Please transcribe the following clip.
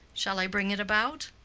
shall i bring it about?